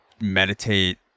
meditate